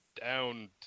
down